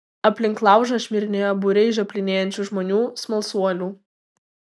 aplink laužą šmirinėjo būriai žioplinėjančių žmonių smalsuolių